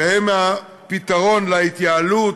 שהם הפתרון להתייעלות,